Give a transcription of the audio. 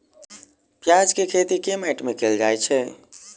प्याज केँ खेती केँ माटि मे कैल जाएँ छैय?